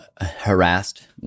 harassed